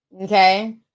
okay